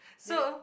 so